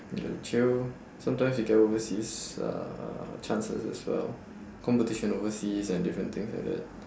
and chill sometimes you get overseas uh chances as well competition overseas and different things like that